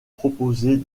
proposé